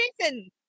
Jason